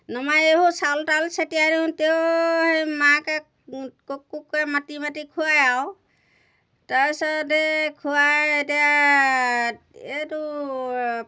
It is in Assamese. নমাই এইবোৰ চাউল তাউল চতিয়াই দিওঁ তেওঁ সেই মাকে কুক কুককৈ মাতি মাতি খুৱাই আৰু তাৰপিছতে খুৱাই এতিয়া এইটো